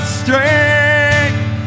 strength